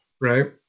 right